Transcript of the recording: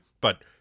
but